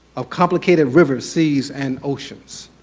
of complicated riverm seas, and oceans.